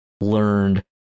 learned